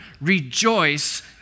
rejoice